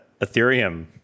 Ethereum